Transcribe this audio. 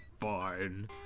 fine